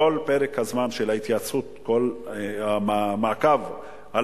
כל פרק הזמן של ההתייעצות והמעקב אחר